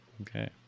okay